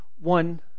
one